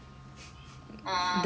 err okay